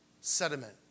sediment